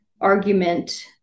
argument